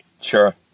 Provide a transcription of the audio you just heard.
Sure